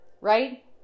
Right